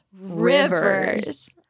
Rivers